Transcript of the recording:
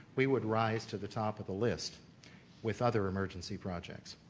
we would rise to the top of the list with other emergency projects.